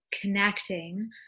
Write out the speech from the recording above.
connecting